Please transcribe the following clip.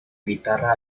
guitarra